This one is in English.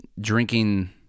drinking